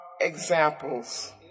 examples